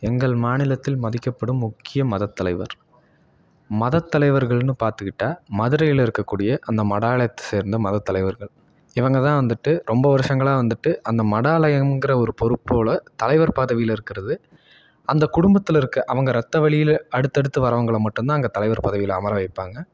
எங்கள் மாநிலத்தில் மதிக்கப்படும் முக்கிய மத தலைவர் மத தலைவர்களெனு பார்த்துக்கிட்டா மதுரையில் இருக்கக்கூடிய அந்த மடாலயத்தை சேர்ந்த மத தலைவர்கள் இவங்க தான் வந்துட்டு ரொம்ப வருஷங்களாக வந்துட்டு அந்த மடாலயங்கிற ஒரு பொறுப்போட தலைவர் பதவியில் இருக்கிறது அந்த குடும்பத்தில் இருக்க அவங்க இரத்த வழியில் அடுத்து அடுத்து வரவங்கள மட்டும் தான் அங்கே தலைவர் பதவியில் அமர வைப்பாங்க